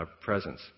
presence